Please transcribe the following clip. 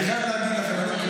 האמת היא שלא ידעתי את זה.